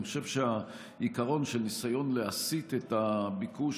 אני חושב שהעיקרון של הניסיון להסיט את הביקוש